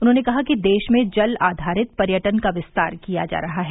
उन्होंने कहा कि देश में जल आधारित पर्यटन का विस्तार किया जा रहा है